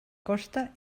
costa